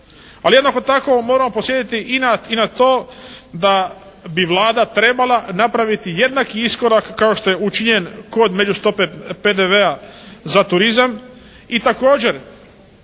Ali jednako tako moramo podsjetiti i na to da bi Vlada trebala napraviti jednaki iskorak kao što je učinjen kod međustope PDV-a za turizam i također